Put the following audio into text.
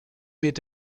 mit